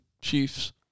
Chiefs